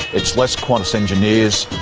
it's less qantas engineers,